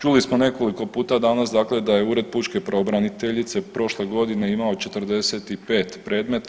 Čuli smo nekoliko puta danas, dakle da je Ured pučke pravobraniteljice prošle godine imao 45 predmeta.